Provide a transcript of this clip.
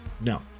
No